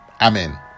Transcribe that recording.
Amen